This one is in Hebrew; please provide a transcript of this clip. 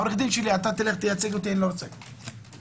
עורך הדין שלי, תייצג אותי, לא רוצה לבוא,